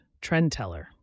Trendteller